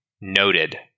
noted